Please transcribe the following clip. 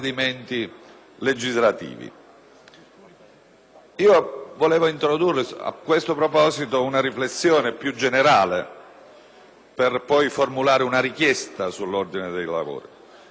proposito introduco una riflessione più generale per poi formulare una richiesta sull'ordine dei lavori. Il Governo si vanta - lo ha detto poco fa